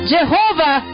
Jehovah